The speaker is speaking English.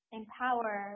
empower